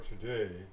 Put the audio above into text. today